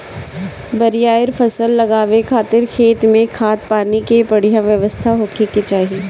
बरियार फसल लगावे खातिर खेत में खाद, पानी के बढ़िया व्यवस्था होखे के चाही